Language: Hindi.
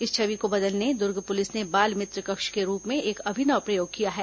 इस छवि को बदलने दुर्ग पुलिस ने बाल मित्र कक्ष के रूप में एक अभिनव प्रयोग किया है